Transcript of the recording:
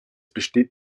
besteht